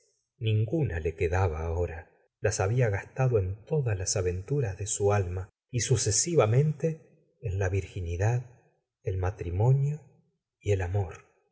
ninguna le quedaba ahora las había gastado en todas las aventuras de su alma y sucesivamente en la virginidad el matrimonio y el amor